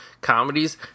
comedies